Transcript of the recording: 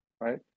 right